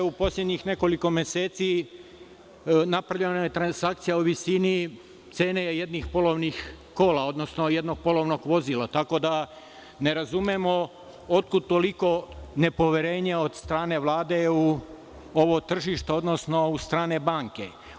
U poslednjih nekoliko meseci napravljena je transakcija o visini cene jednih polovnih kola, odnosno jednog polovnog vozila, tako da ne razumemo odkud toliko nepoverenje od strane Vlade u ovo tržište, odnosno u strane banke?